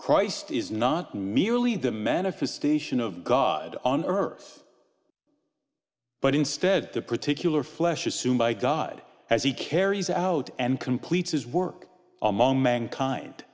christ is not merely the manifestation of god on earth but instead the particular flesh assumed by god as he carries out and completes his work among mankind